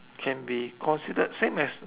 can be considered same as